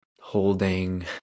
holding